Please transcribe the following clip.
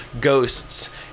ghosts